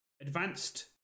advanced